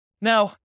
Now